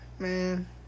Man